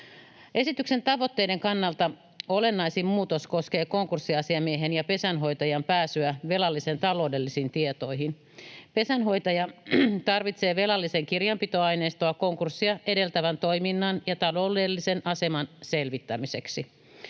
Esityksen tavoitteiden kannalta olennaisin muutos koskee konkurssiasiamiehen ja pesänhoitajan pääsyä velallisen taloudellisiin tietoihin. Pesänhoitaja tarvitsee velallisen kirjanpitoaineistoa konkurssia edeltävän toiminnan ja taloudellisen aseman selvittämiseksi.